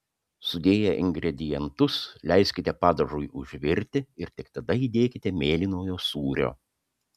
sudėję ingredientus leiskite padažui užvirti ir tik tada įdėkite mėlynojo sūrio